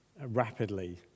rapidly